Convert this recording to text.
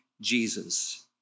Jesus